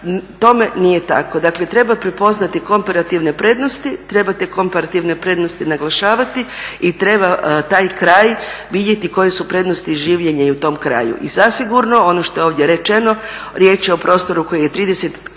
tome nije tako. Dakle treba prepoznati komparativne prednosti, treba te komparativne prednosti naglašavati i treba taj kraj vidjeti koje su prednosti življenja i u tom kraju. I zasigurno, ono što je ovdje rečeno, riječ je o prostoru koji je 30